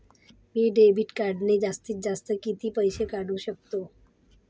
मी debit कार्डने जास्तीत जास्त किती पैसे काढू शकतो?